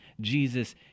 Jesus